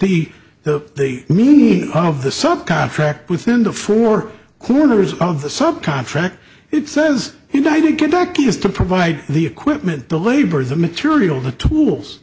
the the meaning of the sub contract within the four corners of the sub contract it says he died in kentucky is to provide the equipment the labor the material the tools